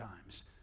times